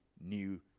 New